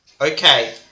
Okay